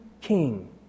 king